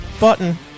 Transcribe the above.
button